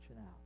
out